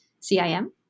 CIM